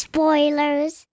Spoilers